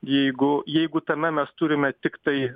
jeigu jeigu tame mes turime tiktai